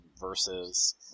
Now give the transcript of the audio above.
versus